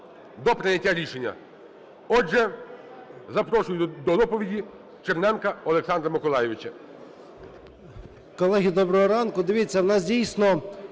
до прийняття рішення. Отже, запрошую до доповіді Черненка Олександра Миколайовича.